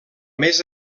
més